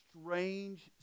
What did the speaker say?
strange